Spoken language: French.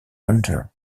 hunter